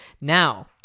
now